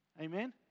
Amen